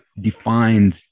defines